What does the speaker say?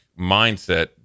mindset